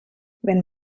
wenn